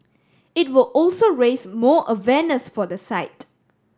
it will also raise more awareness for the site